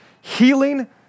healing